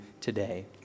today